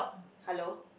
hello